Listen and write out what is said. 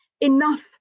enough